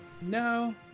No